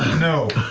no.